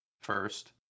first